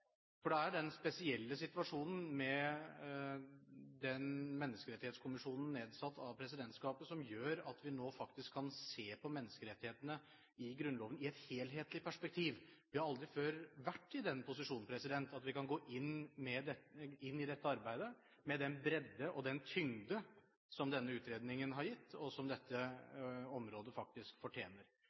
Det er den spesielle situasjonen med den menneskerettighetskommisjonen nedsatt av presidentskapet som gjør at vi nå faktisk kan se på menneskerettighetene i Grunnloven i et helhetlig perspektiv. Vi har aldri før vært i den posisjon at vi kan gå inn i dette arbeidet med den bredde og den tyngde som denne utredningen har gitt, og som dette området faktisk fortjener.